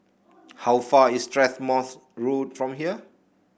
how far away is Strathmore Road from here